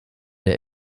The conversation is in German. der